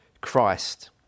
Christ